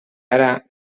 ara